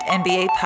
nba